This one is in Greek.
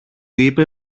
είπε